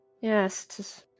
yes